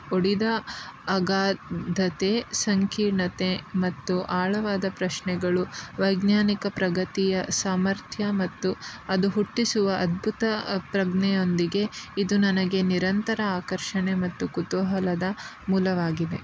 ಒಡೆದ ಅಗಾಧತೆ ಸಂಕೀರ್ಣತೆ ಮತ್ತು ಆಳವಾದ ಪ್ರಶ್ನೆಗಳು ವೈಜ್ಞಾನಿಕ ಪ್ರಗತಿಯ ಸಾಮರ್ಥ್ಯ ಮತ್ತು ಅದು ಹುಟ್ಟಿಸುವ ಅದ್ಭುತ ಪ್ರಜ್ಞೆಯೊಂದಿಗೆ ಇದು ನನಗೆ ನಿರಂತರ ಆಕರ್ಷಣೆ ಮತ್ತು ಕುತೂಹಲದ ಮೂಲವಾಗಿದೆ